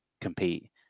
compete